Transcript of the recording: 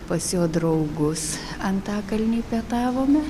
pas jo draugus antakalny pietavome